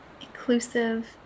Inclusive